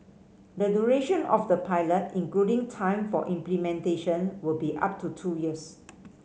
the duration of the pilot including time for implementation will be up to two years